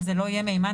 זה לגמרי